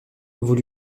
vous